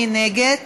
מי נגד?